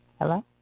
Hello